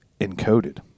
encoded